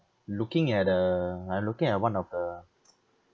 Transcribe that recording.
looking at uh I'm looking at one of the